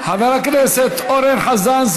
חבר הכנסת אורן חזן,